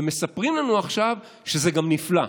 ומספרים לנו עכשיו שזה גם נפלא.